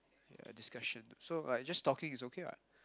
like a discussion so like just talking it's okay [what]